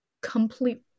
complete